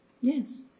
Yes